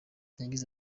yagize